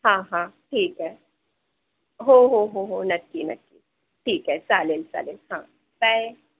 हा हा ठीक आहे हो हो हो हो नक्की नक्की ठीक आहे चालेल चालेल हा बाय